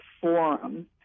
forum